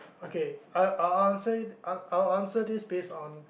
okay uh I'll answer it I'll I'll answer this base on